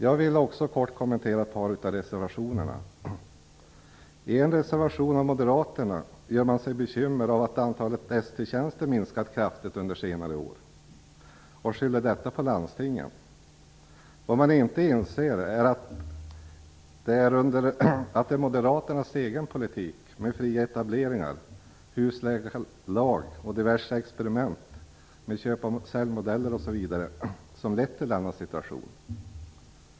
Jag vill också kort kommentera ett par av reservationerna. I en reservation av moderaterna gör man sig bekymmer för att antalet ST-tjänster minskat kraftigt under senare år och skyller detta på landstingen. Vad man inte inser är att det är moderaternas egen politik med fria etableringar, husläkarlag och diverse experiment med köp-sälj-modeller som lett till denna situation.